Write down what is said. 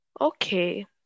okay